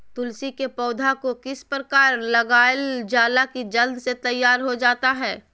तुलसी के पौधा को किस प्रकार लगालजाला की जल्द से तैयार होता है?